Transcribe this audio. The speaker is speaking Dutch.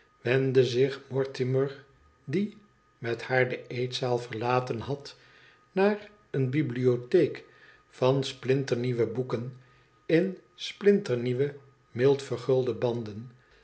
wendde zich mortimer die met haar de eetzaal verlaten had naar eene bibliotheek van splinternieuwe boeken in splinternieuwe raild vergulde banden